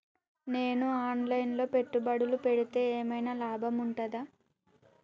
నేను online లో పెట్టుబడులు పెడితే ఏమైనా లాభం ఉంటదా?